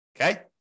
okay